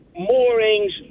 moorings